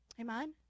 Amen